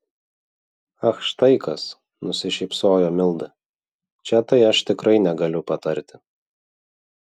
ach štai kas nusišypsojo milda čia tai aš tikrai negaliu patarti